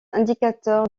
indicateur